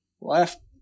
left